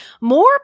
More